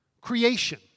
Creation